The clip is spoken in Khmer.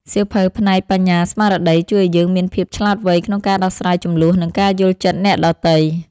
សៀវភៅផ្នែកបញ្ញាស្មារតី ជួយឱ្យយើងមានភាពឆ្លាតវៃក្នុងការដោះស្រាយជម្លោះ និងការយល់ចិត្តអ្នកដទៃ។